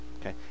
Okay